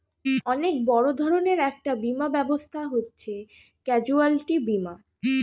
অনেক বড় ধরনের একটা বীমা ব্যবস্থা হচ্ছে ক্যাজুয়ালটি বীমা